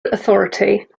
authority